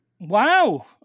Wow